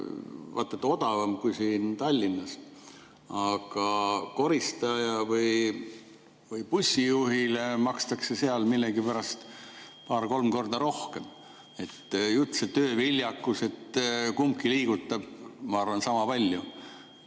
vaata et odavamad kui siin Tallinnas. Aga koristajale või bussijuhile makstakse seal millegipärast paar-kolm korda rohkem. Üldse tööviljakus – kumbki liigutab, ma arvan, sama palju.